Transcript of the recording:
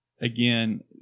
again